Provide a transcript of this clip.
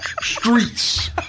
streets